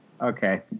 Okay